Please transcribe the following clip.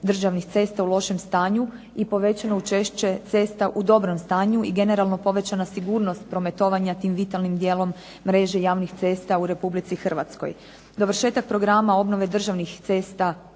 državnih cesta u lošem stanju i povećano učešće cesta u dobrom stanju i generalno povećana sigurnost prometovanja tim vitalnim dijelom mreže javnih cesta u Republici Hrvatskoj. Dovršetak programa obnove državnih cesta